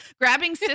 grabbing